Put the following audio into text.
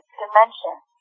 dimensions